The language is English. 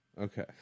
Okay